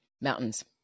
Mountains